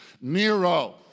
Nero